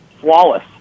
flawless